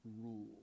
rule